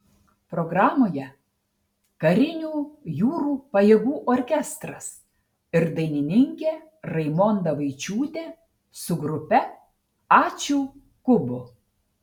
programoje karinių jūrų pajėgų orkestras ir dainininkė raimonda vaičiūtė su grupe ačiū kubu